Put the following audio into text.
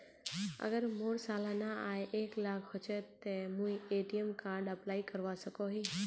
अगर मोर सालाना आय एक लाख होचे ते मुई ए.टी.एम कार्ड अप्लाई करवा सकोहो ही?